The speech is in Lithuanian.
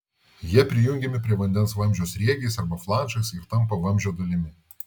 jie prijungiami prie vandens vamzdžio sriegiais arba flanšais ir tampa vamzdžio dalimi